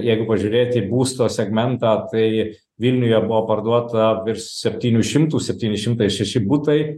jeigu pažiūrėt į būsto segmentą tai vilniuje buvo parduota virš septynių šimtų septyni šimtai šeši butai